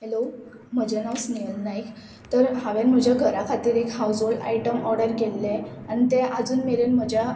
hello म्हजें नांव स्नेहल नायक तर हांवेन म्हज्या घरा खातीर एक हावज होल्ड आयटम ऑर्डर केल्ले आनी ते आजून मेरेन म्हज्या